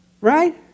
Right